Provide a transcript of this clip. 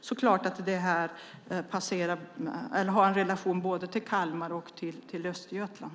Med tanke på det är det klart att det här har en relation till både Kalmar och Östergötland.